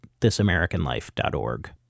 thisamericanlife.org